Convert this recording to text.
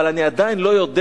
אבל אני עדיין לא יודע